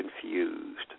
confused